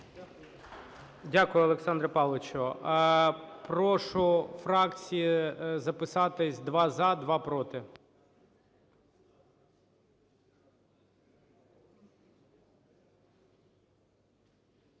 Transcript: Дякую, Олександре Павловичу. Прошу фракції записатися: два – за, два – проти.